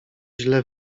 źle